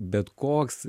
bet koks